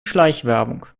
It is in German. schleichwerbung